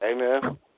Amen